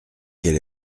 quel